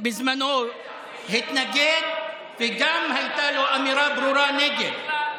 בזמנו התנגד, וגם לו הייתה אמירה ברורה נגד.